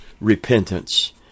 repentance